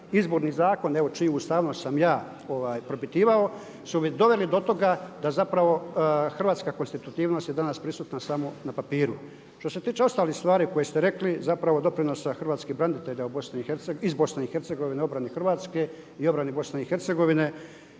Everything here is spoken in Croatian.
izborni zakon evo čiju ustavnost sam ja propitivao su doveli do toga da zapravo hrvatska konstitutivnost je danas prisutna samo na papiru. Što se tiče ostalih stvari koje ste rekli, zapravo doprinosa hrvatskih branitelja iz BiH u obrani Hrvatske i obrani BiH to je